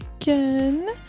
again